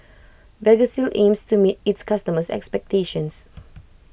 Vagisil aims to meet its customers' expectations